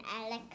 alex